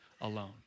alone